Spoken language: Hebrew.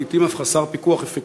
לעתים אף חסר פיקוח אפקטיבי.